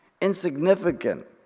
insignificant